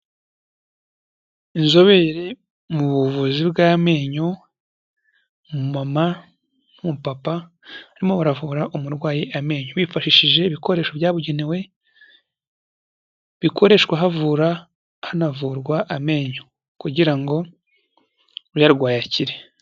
Inzobere mu buvuzi bw'amenyo, umumama n'umupapa barimo baravura umurwayi amenyo bifashishije ibikoresho byabugenewe bikoreshwa havura hanavurwa, amenyo kugira ngo uyarwaye akire.